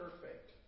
perfect